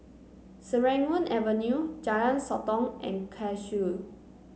Serangoon Avenue Jalan Sotong and Cashew